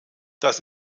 das